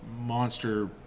monster